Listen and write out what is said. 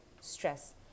stress